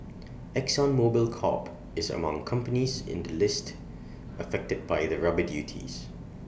exxon Mobil Corp is among companies in the list affected by the rubber duties